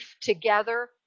together